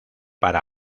para